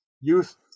youth